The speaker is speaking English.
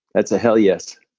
that's a hell yes